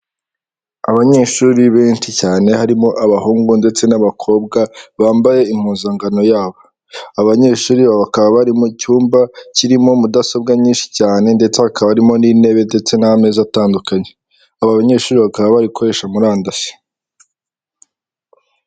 Abanyeshuri benshi cyane harimo abahungu ndetse n'abakobwa bambaye impuzankano yabo, abanyeshuri bakaba bari mu cyumba kirimo mudasobwa nyinshi cyane ndetse hakaba harimo n'intebe ndetse n'amezi atandukanye, aba banyeshuri bakaba bari gukoresha murandasi.